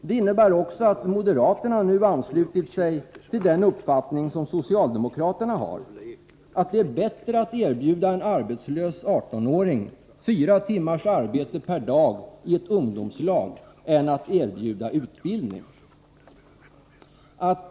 Det innebär också att moderaterna nu anslutit sig till den uppfattning som socialdemokraterna har, att det är bättre att erbjuda en arbetslös 18-åring fyra timmars arbete per dag i ett ungdomslag än att erbjuda utbildning.